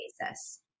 basis